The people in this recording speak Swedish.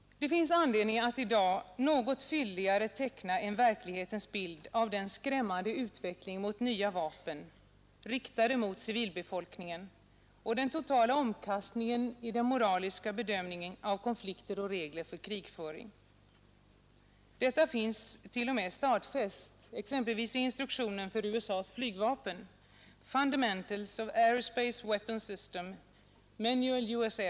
Det finns anledning att i dag något fylligare teckna en verklighetsbild av den skrämmande utvecklingen mot nya vapen, riktade mot civilbefolkningen, och den totala omkastningen i den moraliska bedömningen av konflikter och regler för krigföring. Detta finns t.o.m. stadfäst, exempelvis i instruktionen för USA:s flygvapen, Fundamentals of Aerospace Weapons Systems, Manual U.S.